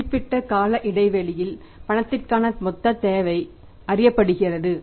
குறிப்பிட்ட கால இடைவெளியில் பணத்திற்கான மொத்த தேவை அறியப்படுகிறது